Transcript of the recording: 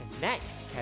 next